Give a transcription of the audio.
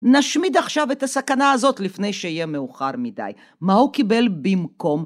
נשמיד עכשיו את הסכנה הזאת לפני שיהיה מאוחר מדי. מה הוא קיבל במקום?